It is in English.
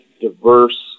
diverse